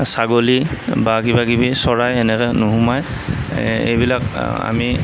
ছাগলী বা কিবাকিবি চৰাই এনেকৈ নোসোমায় এইবিলাক আমি